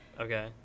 Okay